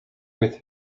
with